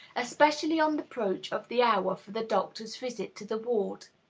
especially on the approach of the hour for the doctor's visit to the ward.